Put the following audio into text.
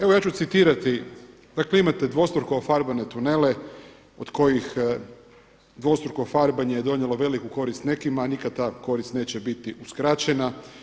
Evo ja ću citirati, dakle imate dvostruko ofarbane tunele od kojih dvostruko farbanje je donijelo veliku korist nekima, a nikada ta korist neće biti uskraćena.